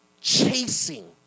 chasing